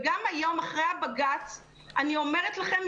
גם היום אחרי הבג"צ אני אומרת לכם,